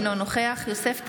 אינו נוכח יוסף טייב,